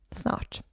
snart